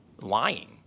Lying